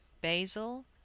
basil